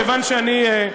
כיוון שאני,